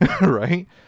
Right